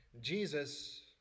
Jesus